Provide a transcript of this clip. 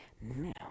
now